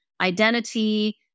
identity